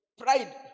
pride